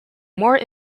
more